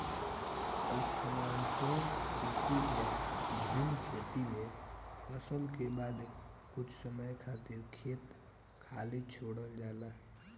स्थानांतरण कृषि या झूम खेती में फसल के बाद कुछ समय खातिर खेत खाली छोड़ल जाला